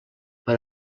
per